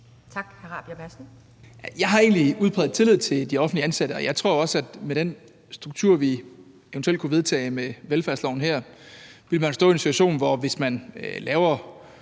Rabjerg Madsen (S): Jeg har egentlig udpræget tillid til de offentligt ansatte, og jeg tror også, at med den struktur, vi eventuelt kunne vedtage med velfærdsloven her, ville man stå i en situation, hvor man, hvis man laver